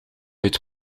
uit